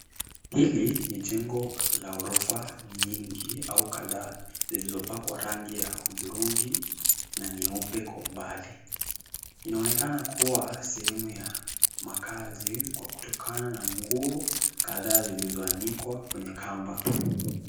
Hili ni jengo la ghorofa nyingi au kadhaa zilizopakwa rangi ya hudhurungi na nyeupe kwa mbali inaonekana kuwa sehemu ya makazi kutokana na nguo kadhaa zilizoanikwa kwenye kamba.